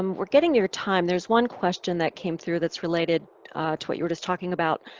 um we're getting near time. there's one question that came through that's related to what you were just talking about.